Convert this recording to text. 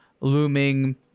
looming